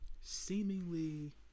seemingly